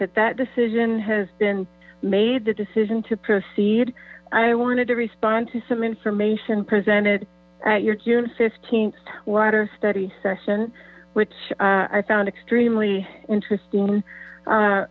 that that decision has been made the decision to proceed i wanted to respond to some information presented at your june th water study session which i found extremely interesting